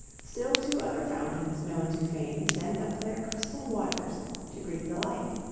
still two other fountains known to fame send up their crystal waters to greet the light.